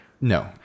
No